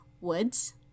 Woods